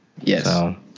yes